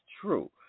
true